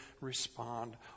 respond